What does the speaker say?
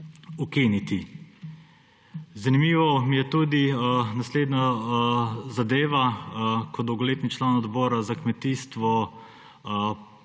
Zanimiva je tudi naslednja zadeva. Kot dolgoletni član Odbora za kmetijstvo